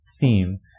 theme